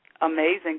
amazing